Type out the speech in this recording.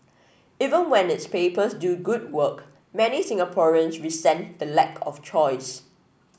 even when its papers do good work many Singaporeans resent the lack of choice